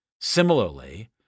Similarly